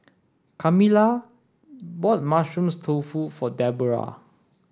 Camilla bought mushroom tofu for Debora